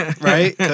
Right